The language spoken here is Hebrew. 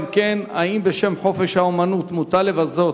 2. אם כן, האם בשם חופש האמנות מותר לבזות,